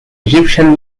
egyptian